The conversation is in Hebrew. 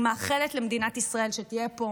אני מאחלת למדינת ישראל שתהיה פה